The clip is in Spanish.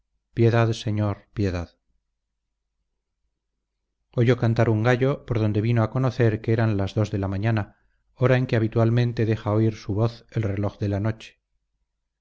demonios piedad señor piedad oyó cantar un gallo por donde vino a conocer que eran las dos de la mañana hora en que habitualmente deja oír su voz el reloj de la noche